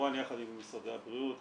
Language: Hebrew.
כמובן יחד עם משרדי הבריאות והרווחה,